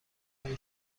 برای